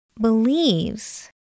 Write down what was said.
believes